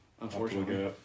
Unfortunately